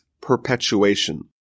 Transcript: perpetuation